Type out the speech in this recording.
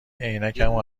عینکمو